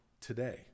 today